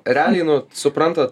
realiai nu supranta